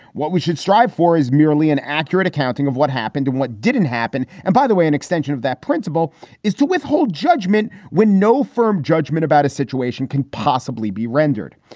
what we should strive for is merely an accurate accounting of what happened, what didn't happen. and by the way, an extension of that principle is to withhold judgment when no firm judgment about a situation can possibly be rendered.